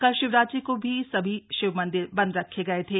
कल शिवरात्रि को भी सभी शिव मंदिर बंद रखे गए थे